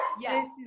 yes